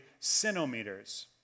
sinometers